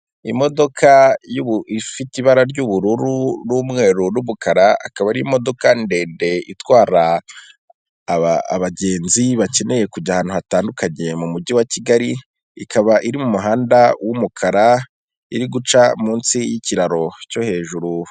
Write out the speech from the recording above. Imodoka ifite ibara ry'ubururu, umweru n'umukara, ikaba arimo ndende itwara abagenzi bakeneye kujya ahantu hatandukanye mu mujyi wa Kigali, ikaba iri mu muhanda w'umukara iri guca munsi y'kiraro cyo hejuru.